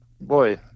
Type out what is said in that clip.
boy